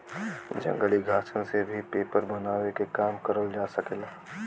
जंगली घासन से भी पेपर बनावे के काम करल जा सकेला